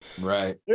right